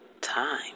time